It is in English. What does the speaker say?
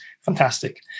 fantastic